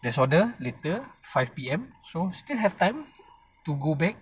there's order later five P_M so still have time to go back